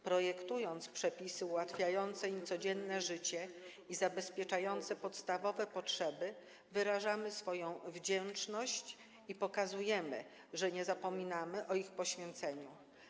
Projektując przepisy ułatwiające im codzienne życie i zabezpieczające ich podstawowe potrzeby, wyrażamy swoją wdzięczność i pokazujemy, że nie zapominamy o ich poświęceniu.